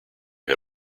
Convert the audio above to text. had